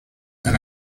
and